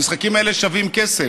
המשחקים האלה שווים כסף.